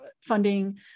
funding